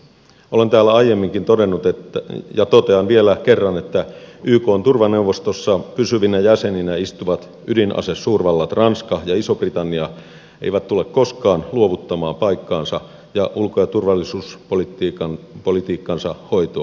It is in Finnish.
olen täällä aiemminkin todennut ja totean vielä kerran että ykn turvaneuvostossa pysyvinä jäseninä istuvat ydinasesuurvallat ranska ja iso britannia eivät tule koskaan luovuttamaan paikkaansa ja ulko ja turvallisuuspolitiikkansa hoitoa eulle